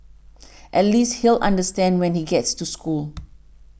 at least he'll understand when he gets to school